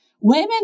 women